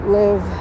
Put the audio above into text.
live